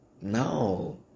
now